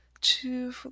two